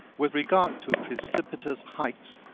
with regard to precipitous heights,